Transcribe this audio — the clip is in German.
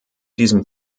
diesem